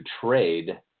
trade